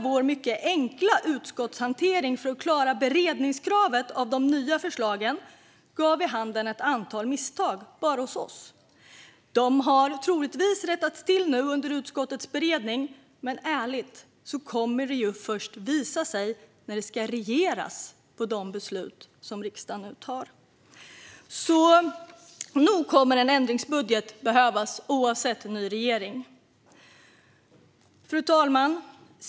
Vår mycket enkla utskottshantering för att klara beredningskravet av de nya förslagen gav vid handen ett antal misstag, bara hos oss. De har troligtvis rättats till nu under utskottets beredning, men ärligt talat kommer det ju att visa sig först när det ska regeras på de beslut som riksdagen nu fattar. Nog kommer en ändringsbudget att behövas, oavsett en ny regering. Fru talman!